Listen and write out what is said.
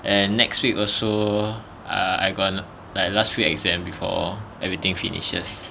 and next week also uh I got like last week exam before everything finishes